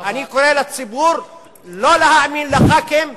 אני קורא לציבור לא להאמין לח"כים,